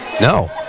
No